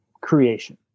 creation